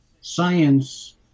science